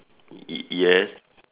y~ yes